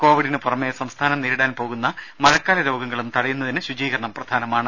കോവിഡിന് പുറമെ സംസ്ഥാനം നേരിടാൻ പോകുന്ന മഴക്കാല രോഗങ്ങളും തടയുന്നതിന് ശുചീകരണം പ്രധാനമാണ്